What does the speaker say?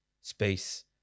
space